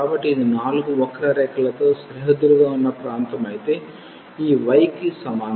కాబట్టి ఇది నాలుగు వక్రరేఖలతో సరిహద్దులుగా ఉన్న ప్రాంతం అయితే ఈ y కి సమానం